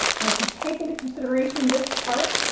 and if you take into consideration this chart,